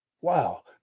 wow